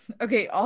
Okay